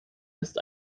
ist